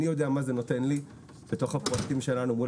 אני יודע מה זה נותן לי בתוך הפרויקטים שלנו מול